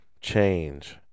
change